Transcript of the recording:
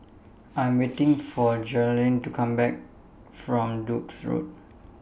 I Am waiting For Jeraldine to Come Back from Duke's Road